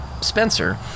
Spencer